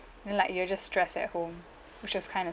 then like you're just stress at home which is kind of